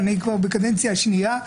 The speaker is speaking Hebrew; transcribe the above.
אני כבר בקדנציה השנייה,